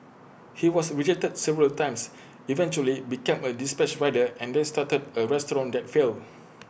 he was rejected several times eventually became A dispatch rider and then started A restaurant that failed